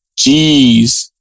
Jeez